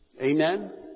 Amen